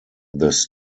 this